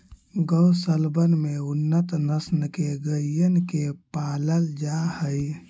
गौशलबन में उन्नत नस्ल के गइयन के पालल जा हई